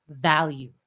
value